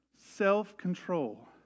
Self-control